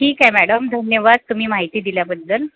ठीक आहे मॅडम धन्यवाद तुम्ही माहिती दिल्याबद्दल